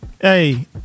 Hey